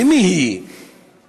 למי היא מאפשרת